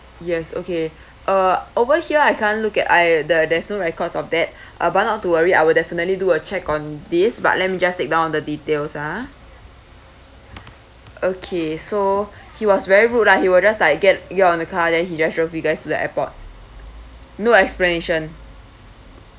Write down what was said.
yes okay uh over here I can't look at I the~ there's no records of that ah but not too worry I will definitely do a check on this but let me just take down the details a'ah okay so he was very rude lah he will just like get you on a car then he just drive you guys to the airport no explanation